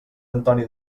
antoni